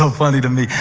um funny to me,